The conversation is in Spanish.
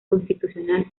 constitucional